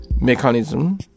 mechanism